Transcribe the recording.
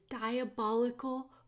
diabolical